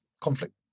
conflict